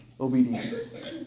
obedience